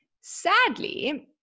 Sadly